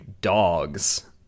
dogs